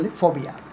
phobia